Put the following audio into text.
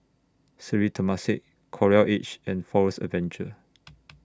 Sri Temasek Coral Edge and Forest Adventure